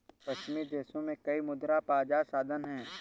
पश्चिमी देशों में कई मुद्रा बाजार साधन हैं